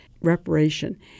reparation